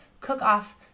cook-off